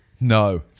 no